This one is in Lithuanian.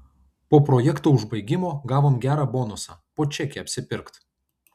po projekto užbaigimo gavom gerą bonusą po čekį apsipirkt